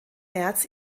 märz